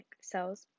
cells